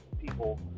people